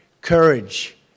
courage